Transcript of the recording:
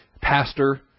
Pastor